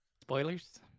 spoilers